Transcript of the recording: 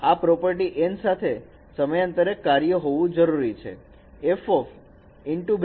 આ property N સાથેના સમયાંતરે કાર્ય હોવું જરૂરી છે f n N f